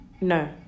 No